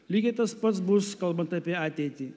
lygiai tas pats bus kalbant apie ateitį